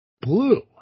Blue